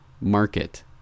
market